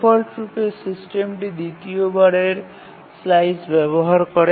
ডিফল্টরূপে সিস্টেমটি দ্বিতীয় অংশটি ব্যবহার করে